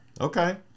Okay